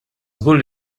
żgur